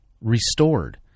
restored